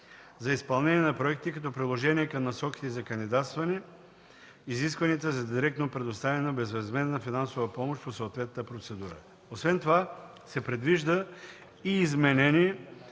за изпълнение на проекти – като приложение към насоките за кандидатстване, и изискванията за директно предоставяне на безвъзмездна финансова помощ по съответната процедура. Освен това, се предвижда изменение